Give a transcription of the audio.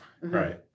right